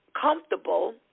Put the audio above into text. comfortable